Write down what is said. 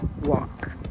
walk